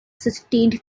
sustained